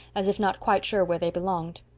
as if not quite sure where they belonged.